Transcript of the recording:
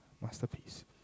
masterpiece